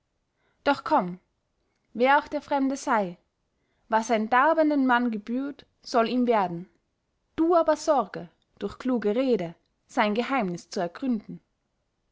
doch komm wer auch der fremde sei was einem darbenden mann gebührt soll ihm werden du aber sorge durch kluge rede sein geheimnis zu ergründen